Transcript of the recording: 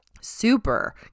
super